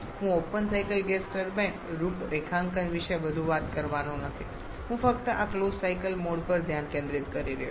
હું open cycle gas turbine રૂપરેખાંકન વિશે વધુ વાત કરવાનો નથી હું ફક્ત આ ક્લોઝ સાયકલ મોડ પર ધ્યાન કેન્દ્રિત કરી રહ્યો છું